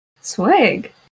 swag